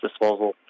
disposal